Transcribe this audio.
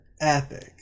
epic